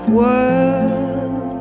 world